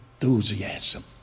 enthusiasm